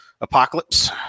Apocalypse